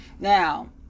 Now